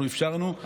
אפשרנו דחיית,